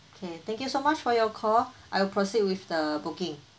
okay thank you so much for your call I will proceed with the booking